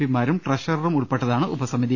പിമാരും ട്രഷററും ഉൾപ്പെട്ടതാണ് ഉപസമിതി